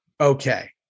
Okay